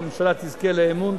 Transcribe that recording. והממשלה תזכה לאמון.